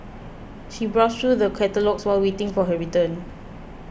she browsed through the catalogues while waiting for her turn